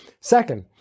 Second